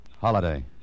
Holiday